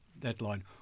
deadline